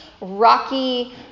rocky